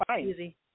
easy